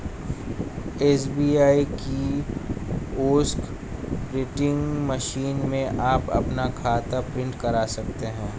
SBI kiosk printing machine में आप अपना खाता प्रिंट करा सकते हैं